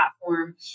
platform